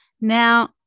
Now